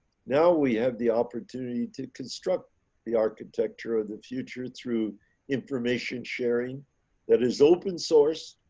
now we have the opportunity to construct the architecture of the future through information sharing that is open source.